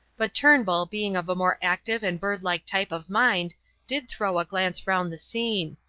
but turnbull being of a more active and birdlike type of mind did throw a glance round the scene.